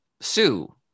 sue